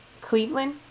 Cleveland